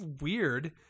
weird